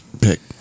Pick